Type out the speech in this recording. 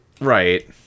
Right